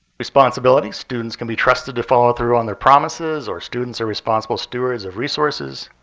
responsibility, students can be trusted to follow through on their promises or students are responsible stewards of resources.